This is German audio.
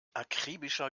akribischer